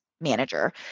manager